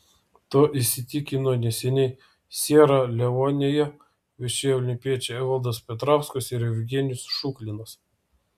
tuo įsitikino neseniai siera leonėje viešėję olimpiečiai evaldas petrauskas ir jevgenijus šuklinas